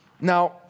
Now